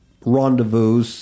rendezvous